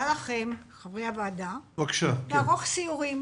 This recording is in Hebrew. חברי הוועדה, אני מציעה לכם לערוך סיורים.